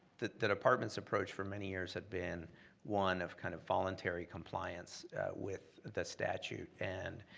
the the department's approach for many years had been one of kind of voluntary compliance with the statute. and